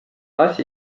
asi